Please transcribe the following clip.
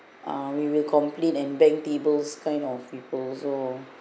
uh we will complain and bang tables kind of people so